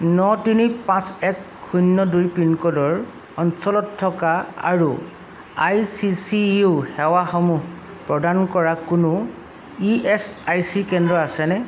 ন তিনি পাঁচ এক শূন্য় দুই পিনক'ডৰ অঞ্চলত থকা আৰু আই চি চি ইউ সেৱাসমূহ প্ৰদান কৰা কোনো ই এছ আই চি কেন্দ্ৰ আছেনে